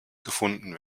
gefunden